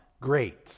great